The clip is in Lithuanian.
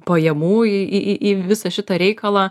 pajamų į į į visą šitą reikalą